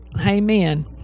Amen